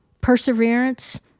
perseverance